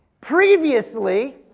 Previously